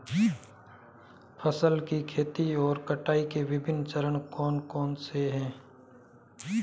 फसल की खेती और कटाई के विभिन्न चरण कौन कौनसे हैं?